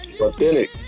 Authentic